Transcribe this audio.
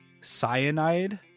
Cyanide